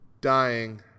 dying